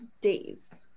days